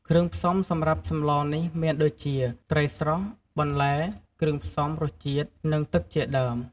គ្រឿងផ្សំសម្រាប់សម្លនេះមានដូចជា ត្រីស្រស់ បន្លែ គ្រឿងផ្សំរសជាតិ និងទឹកជាដើម។